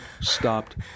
stopped